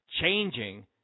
changing